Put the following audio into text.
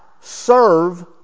serve